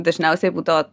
dažniausiai būdavo